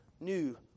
new